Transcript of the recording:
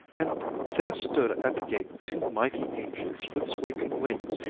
and there stood at the gate two mighty angels with sweeping wings,